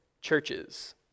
churches